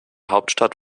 hauptstadt